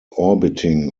orbiting